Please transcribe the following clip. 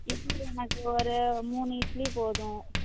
இட்லி எனக்கு ஒரு மூணு இட்லி போதும்